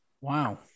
Wow